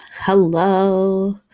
hello